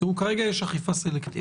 כרגע יש אכיפה סלקטיבית.